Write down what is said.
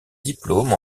diplôme